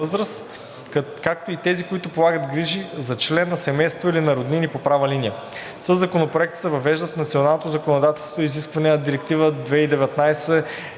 възраст, както и тези, които полагат грижи за член на семейството или на роднини по права линия. Със Законопроекта се въвеждат в националното законодателство изискванията на Директива 2019/1152/ЕС